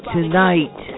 Tonight